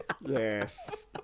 Yes